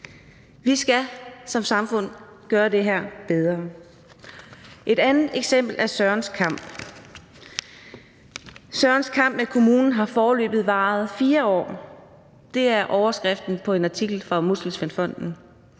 Vi skal som samfund gøre det her bedre. Et andet eksempel er Sørens kamp. »Sørens kamp med kommunen har foreløbig varet 4 år«. Det er overskriften på en artikel fra Muskelsvindfonden.